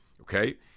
Okay